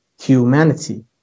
humanity